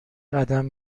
قدم